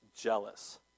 jealous